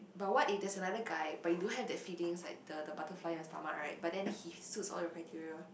but what if there's another guy but you don't have that feelings like the the butterfly in your stomach right but then he suits all your criteria